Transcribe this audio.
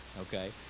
okay